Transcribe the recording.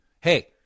hey